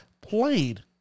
played